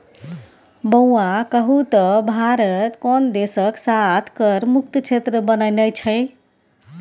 बौआ कहु त भारत कोन देशक साथ कर मुक्त क्षेत्र बनेने छै?